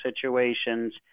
situations